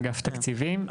אגף התקציבים,